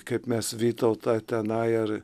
kaip mes vytautą tenai ar